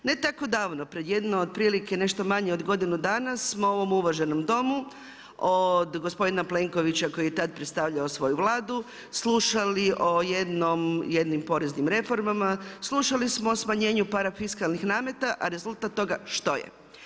Ne tako davno, pred jedno otprilike nešto manje od godine dana, smo u ovom uvaženom Domu, od gospodina Plenkovića, koji je tada predstavljao svoju Vladu slušali o jednim poreznim reformama, slušali smo o smanjenju parafiskalnih nameta, a rezultat tome što je?